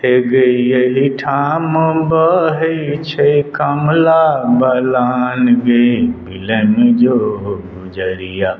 हे गै एहिठाम बहैत छै कमला बलान गे बिलमि जो गुजरिया